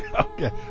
Okay